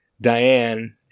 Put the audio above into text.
Diane